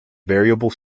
variable